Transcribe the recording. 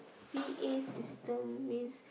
P_A system means